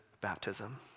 baptism